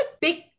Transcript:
big